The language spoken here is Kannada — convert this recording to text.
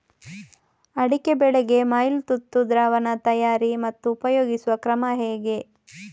ಅಡಿಕೆ ಬೆಳೆಗೆ ಮೈಲುತುತ್ತು ದ್ರಾವಣ ತಯಾರಿ ಮತ್ತು ಉಪಯೋಗಿಸುವ ಕ್ರಮ ಹೇಗೆ?